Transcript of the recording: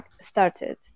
started